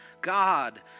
God